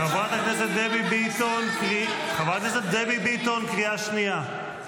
--- חברת הכנסת לזימי, קריאה ראשונה.